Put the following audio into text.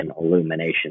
illumination